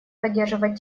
поддерживать